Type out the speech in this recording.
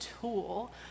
tool